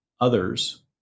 others